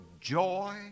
joy